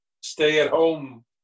stay-at-home